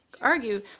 argue